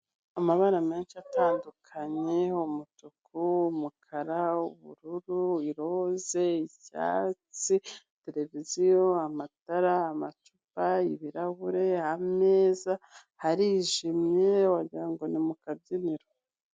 Amabara menshi atandukanye; umutuku, umukara, ubururu, iroze, icyatsi, tereviziyo, amatara, amacupa, ibirahure, ameza harijimye wagira ngo ni mu kabyiniro.